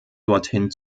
dorthin